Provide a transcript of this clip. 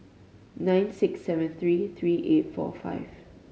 nine six seven three three eight four five